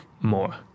more